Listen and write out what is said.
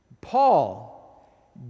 Paul